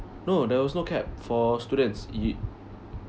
no there was no cap for students ya